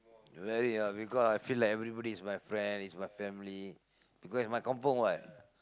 very ya because I feel like everybody is my friend is my family because is my kampung what